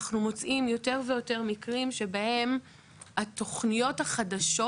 מוצאים יותר ויותר מקרים שבהם התוכניות החדשות,